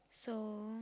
so